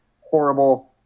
horrible